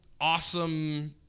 awesome